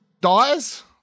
dies